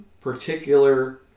particular